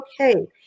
okay